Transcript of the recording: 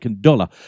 dollar